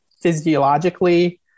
physiologically